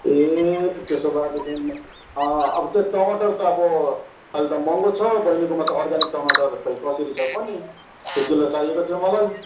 ए त्यसो भएदेखि अब त्यो टमाटर त अब अहिले त महँगो छ बहिनीकोमा त अर्ग्यानिक टमाटर खोइ कसरी छु कोन्नी एक किलो चाहिएको थियो मलाई